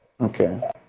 Okay